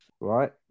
right